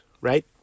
right